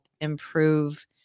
improve